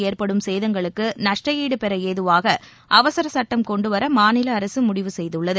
ஏற்படும் சேதங்களுக்குநஷ்டாடு பெறஏதுவாகஅவசரசட்டம் கொண்டுவரமாநிலஅரசுமுடிவு செய்துள்ளது